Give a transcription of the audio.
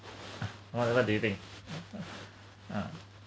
uh what what do you think um